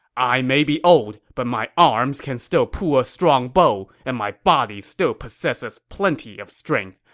i may be old, but my arms can still pull a strong bow, and my body still possesses plenty of strength.